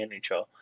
NHL